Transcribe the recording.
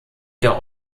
der